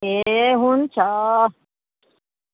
ए हुन्छ